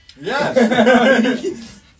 yes